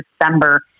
December